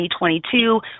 2022